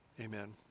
amen